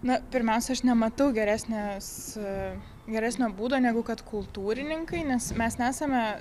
na pirmiausia aš nematau geresnės geresnio būdo negu kad kultūrininkai nes mes nesame